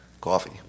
coffee